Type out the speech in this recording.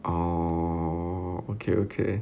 oh okay okay